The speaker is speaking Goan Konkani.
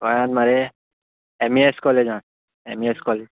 गोंयान मरे एम ई एस कॉलेजान एम ई एस कॉलेज